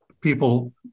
people